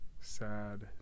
sad